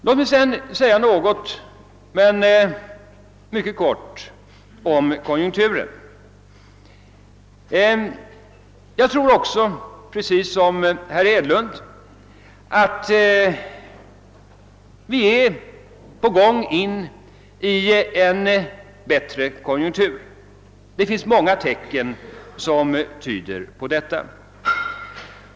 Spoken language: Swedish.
Låt mig så mycket kort ta upp frågan om konjunkturen. Jag tror liksom herr Hedlund att vi är på väg in i en bättre konjunktur. Det finns många tecken som tyder på detta.